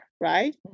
right